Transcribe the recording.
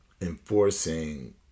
enforcing